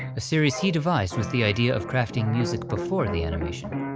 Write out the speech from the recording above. a series he devised with the idea of crafting music before the animation,